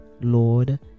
Lord